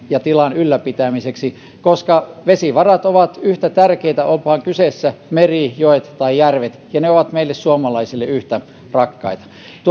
ja tilan ylläpitämiseksi koska vesivarat ovat yhtä tärkeitä onpa kyseessä meri joet tai järvet ja ne ovat meille suomalaisille yhtä rakkaita